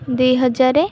ଦୁଇ ହଜାର